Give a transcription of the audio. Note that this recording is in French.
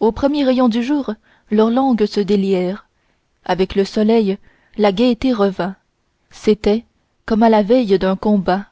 aux premiers rayons du jour leurs langues se délièrent avec le soleil la gaieté revint c'était comme à la veille d'un combat